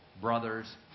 brothers